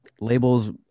labels